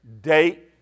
Date